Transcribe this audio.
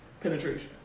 penetration